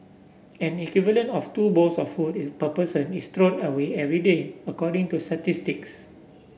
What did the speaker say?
an equivalent of two bowls of food per person is thrown away every day according to statistics